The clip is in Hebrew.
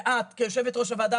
ואת כיושבת ראש הוועדה,